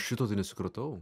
šito tai nesikratau